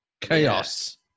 chaos